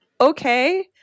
okay